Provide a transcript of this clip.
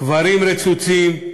קברים רצוצים,